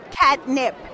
Catnip